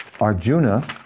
Arjuna